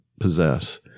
possess